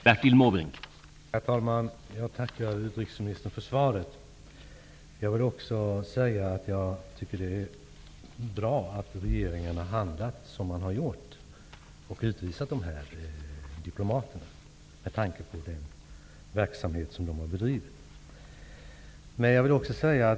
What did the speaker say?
Herr talman! Jag tackar utrikesministern för svaret. Jag tycker att det är bra att regeringen har handlat som den har gjort och utvisat diplomaterna, med tanke på den verksamhet som de har bedrivit.